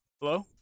Hello